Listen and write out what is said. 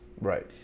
Right